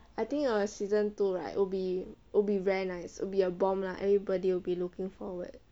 I think of the season two right will be will be very nice will be a bomb lah everybody will be looking forward